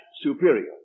superior